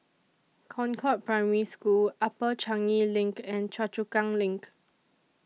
Concord Primary School Upper Changi LINK and Choa Chu Kang LINK